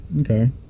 Okay